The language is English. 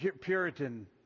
Puritan